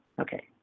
Okay